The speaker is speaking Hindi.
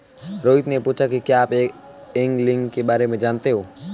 रोहित ने पूछा कि क्या आप एंगलिंग के बारे में जानते हैं?